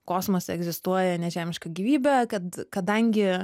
kosmose egzistuoja nežemiška gyvybė kad kadangi